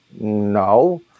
no